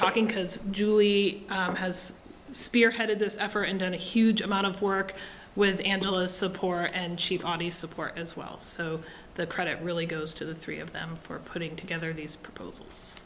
talking because julie has spearheaded this effort and done a huge amount of work with angela sopore and she's on the support as well so the credit really goes to the three of them for putting together these proposals